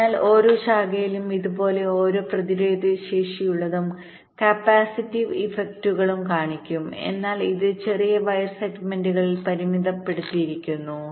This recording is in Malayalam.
അതിനാൽ ഓരോ ശാഖയിലും ഇതുപോലെ ഒരു പ്രതിരോധശേഷിയുള്ളതും കപ്പാസിറ്റീവ് ഇഫക്റ്റുകളുംകാണിക്കും എന്നാൽ ഇത് ചെറിയ വയർ സെഗ്മെന്റുകളിൽപരിമിതപ്പെടുത്തിയിരിക്കുന്നു